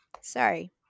Sorry